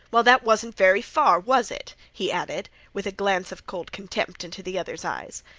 well, that wasn't very far, was it? he added, with a glance of cold contempt into the other's eyes.